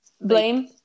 blame